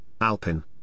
Alpin